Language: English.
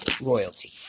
royalty